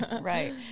Right